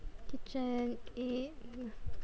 KitchenAid